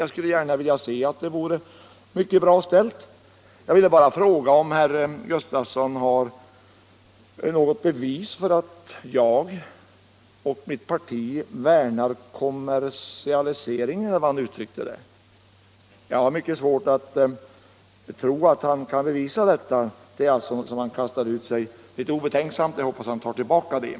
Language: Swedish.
Jag skulle gärna vilja se att det vore mycket bra ställt. Jag ville bara fråga om herr Gustavsson har något bevis för att jag och mitt parti värnar om kommersialiseringen, eller hur han uttryckte det. Jag har svårt att tro att han kan bevisa detta. Det är alltså något som han kastade ur sig litet obetänksamt, och jag hoppas att han tar tillbaka det.